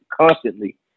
constantly